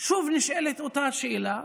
שוב נשאלת אותה השאלה: